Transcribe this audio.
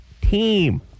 Team